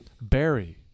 Barry